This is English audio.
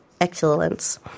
excellence